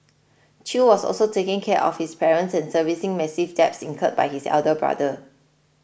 Chew was also taking care of his parents and servicing massive debts incurred by his elder brother